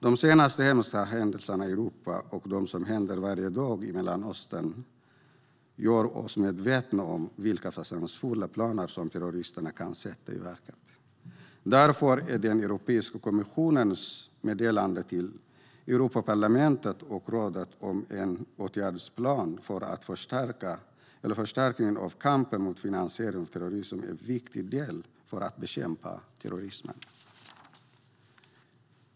De senaste hemska händelserna i Europa och det som händer varje dag i Mellanöstern gör oss medvetna om vilka fasansfulla planer som terroristerna kan sätta i verket. Därför är Europeiska kommissionens meddelande till Europaparlamentet och rådet om en åtgärdsplan för förstärkning av kampen mot finansiering av terrorism viktig för att bekämpa terrorismen.